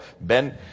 Ben